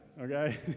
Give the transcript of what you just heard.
okay